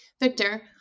Victor